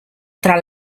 tra